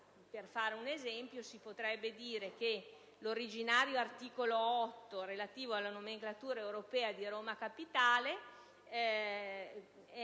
per fare un esempio - si potrebbe dire che l'originario articolo 8 relativo alla nomenclatura europea di Roma capitale non